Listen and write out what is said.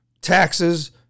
Taxes